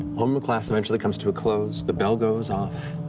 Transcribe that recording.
um class eventually comes to a close, the bell goes off,